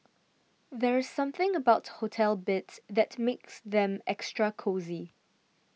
there's something about hotel beds that makes them extra cosy